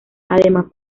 además